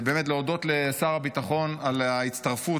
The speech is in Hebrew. באמת להודות לשר הביטחון על ההצטרפות